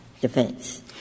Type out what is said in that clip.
defense